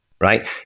right